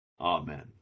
Amen